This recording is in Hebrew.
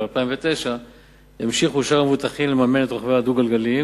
2009 ימשיכו שאר המבוטחים לממן את רוכבי הדו-גלגליים,